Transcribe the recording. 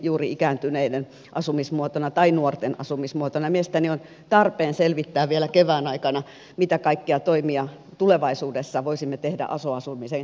juuri ikääntyneiden asumismuotona tai nuorten asumismuotona ja mielestäni on tarpeen selvittää vielä kevään aikana mitä kaikkia toimia tulevaisuudessa voisimme tehdä aso asumisen kehittämiseksi